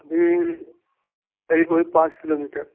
अभी करीब वही पाँच किलोमिटर